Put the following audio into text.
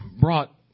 brought